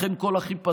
לכן כל החיפזון,